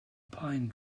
pine